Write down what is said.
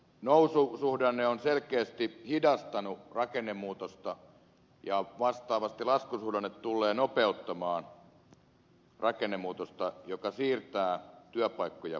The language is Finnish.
noususuhdanne on selkeästi hidastanut rakennemuutosta ja vastaavasti laskusuhdanne tullee nopeuttamaan rakennemuutosta joka siirtää työpaikkoja pois suomesta